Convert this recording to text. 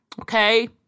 Okay